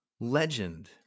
Legend